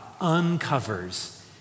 uncovers